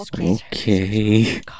Okay